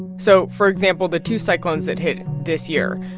so, for example, the two cyclones that hit this year.